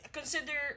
Consider